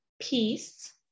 peace